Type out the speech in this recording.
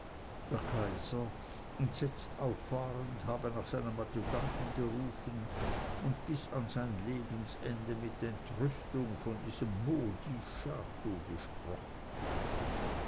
der kaiser entsetzt auffahrend habe nach seinem adjutanten gerufen und bis an sein lebensende mit entrüstung von diesem maudit chteau gesprochen